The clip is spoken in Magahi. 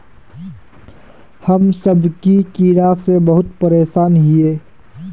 हम सब की कीड़ा से बहुत परेशान हिये?